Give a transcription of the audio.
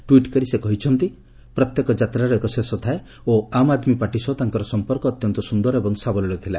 tweet କରି ସେ କହିଛନ୍ତି ପ୍ରତ୍ୟେକ ଯାତ୍ରାର ଏକ ଶେଷ ଥାଏ ଓ ଆମ୍ ଆଦ୍ମୀ ପାର୍ଟି ସହ ତାଙ୍କର ସମ୍ପର୍କ ଅତ୍ୟନ୍ତ ସୁନ୍ଦର ଏବଂ ସାବଲୀଳ ଥିଲା